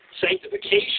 sanctification